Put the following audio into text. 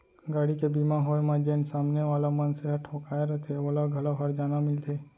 गाड़ी के बीमा होय म जेन सामने वाला मनसे ह ठोंकाय रथे ओला घलौ हरजाना मिलथे